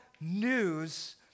news